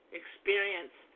experience